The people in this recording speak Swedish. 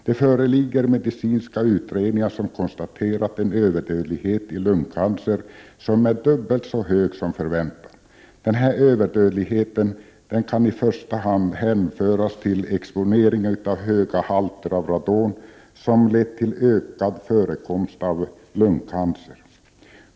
Det föreligger medicinska utredningar som har konstaterat en dödlighet i lungcancer som är dubbelt så hög som förväntat. Den överdödligheten kan i första hand hänföras till exponering av höga halter av radon, som lett till ökad förekomst av lungcancer.